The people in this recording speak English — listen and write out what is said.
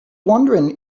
wondering